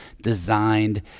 designed